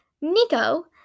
Nico